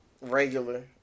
regular